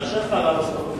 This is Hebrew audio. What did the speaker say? אני מאשר לך לעשות כן.